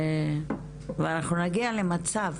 ואנחנו נגיע למצב